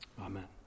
Amen